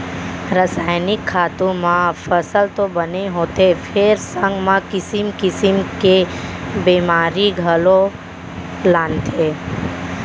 रसायनिक खातू म फसल तो बने होथे फेर संग म किसिम किसिम के बेमारी घलौ लानथे